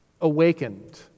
awakened